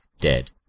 dead